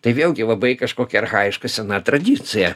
tai vėlgi labai kažkokia archajiška sena tradicija